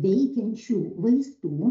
veikiančių vaistų